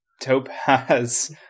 Topaz